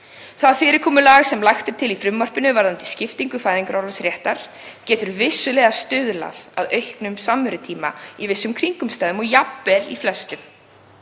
Það fyrirkomulag sem lagt er til í frumvarpinu varðandi skiptingu fæðingarorlofsréttar getur vissulega stuðlað að auknum samverutíma í vissum kringumstæðum og jafnvel í flestum.